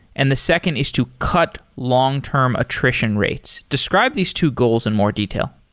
and the second is to cut long-term attrition rates. describe these two goals in more detail.